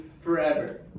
forever